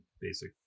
basic